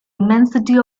immensity